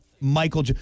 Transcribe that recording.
Michael